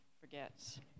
forgets